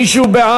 מי שהוא בעד,